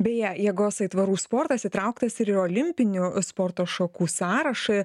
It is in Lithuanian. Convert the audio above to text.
beje jėgos aitvarų sportas įtrauktas ir į olimpinių sporto šakų sąrašą